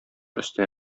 өстенә